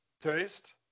Taste